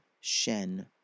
Shen